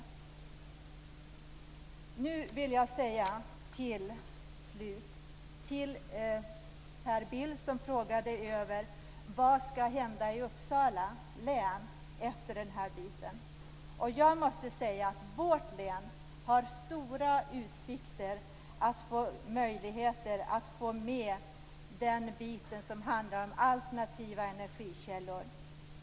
Slutligen vill jag rikta mig till Per Bill, som frågade: Vad skall hända i Uppsala län efter det här beslutet? Jag måste säga att vårt län har stora utsikter att få del av det som handlar om alternativa energikällor.